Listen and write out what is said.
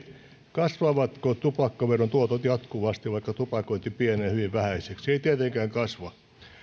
kasvavatko tupakkaveron tuotot jatkuvasti vaikka tupakointi pienenee hyvin vähäiseksi eivät tietenkään kasva